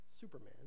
Superman